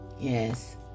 Yes